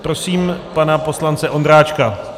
Prosím pana poslance Ondráčka.